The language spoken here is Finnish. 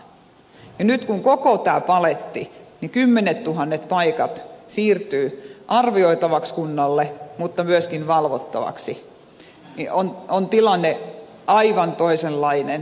nyt kun on koko tämä paletti kymmenettuhannet paikat siirtyvät arvioitavaksi kunnille mutta myöskin valvottavaksi niin on tilanne aivan toisenlainen